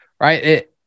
right